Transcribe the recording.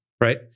right